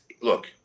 look